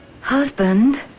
husband